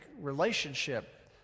relationship